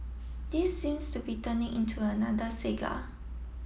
this seems to be turning into another saga